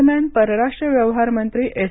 दरम्यानपरराष्ट्र व्यवहार मंत्री एस